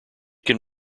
can